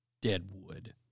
Deadwood